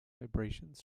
vibrations